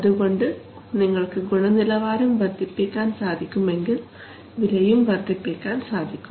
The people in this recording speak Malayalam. അതുകൊണ്ട് നിങ്ങൾക്ക് ഗുണനിലവാരം വർദ്ധിപ്പിക്കാൻ സാധിക്കുമെങ്കിൽ വിലയും വർദ്ധിപ്പിക്കാൻ സാധിക്കും